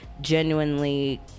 genuinely